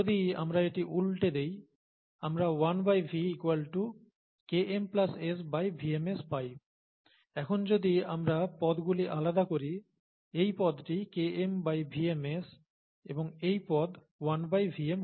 যদি আমরা এটি উল্টে দেই আমরা 1V Km SVmS পাই এখন যদি আমরা পদগুলি আলাদা করি এই পদটি KmVmS এবং এই পদ 1Vm হবে